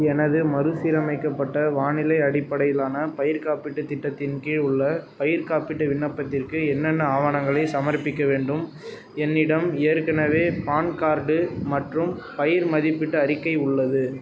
எனது மறுசீரமைக்கப்பட்ட வானிலை அடிப்படையிலான பயிர் காப்பீட்டுத் திட்டத்தின் கீழ் உள்ள பயிர்க் காப்பீட்டு விண்ணப்பத்திற்கு என்னென்ன ஆவணங்களை சமர்ப்பிக்க வேண்டும் என்னிடம் ஏற்கனவே பான் கார்டு மற்றும் பயிர் மதிப்பீட்டு அறிக்கை உள்ளது